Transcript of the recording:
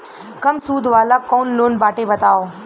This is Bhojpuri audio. कम सूद वाला कौन लोन बाटे बताव?